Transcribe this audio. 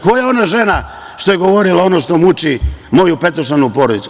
Ko je ona žena što je govorila ono što muči moju petočlanu porodicu?